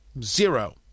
Zero